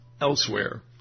Elsewhere